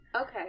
Okay